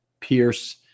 Pierce